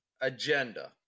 agenda